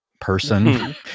person